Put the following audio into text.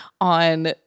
on